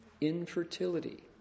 Infertility